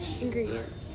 ingredients